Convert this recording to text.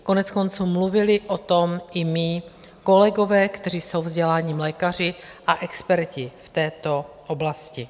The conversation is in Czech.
Koneckonců mluvili o tom i mí kolegové, kteří jsou vzděláním lékaři a experti v této oblasti.